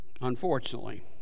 Unfortunately